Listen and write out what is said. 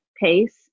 pace